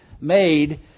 made